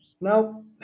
Now